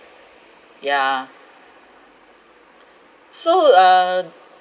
yeah so uh